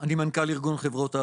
אני מנכ"ל ארגון חברות האבטחה.